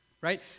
right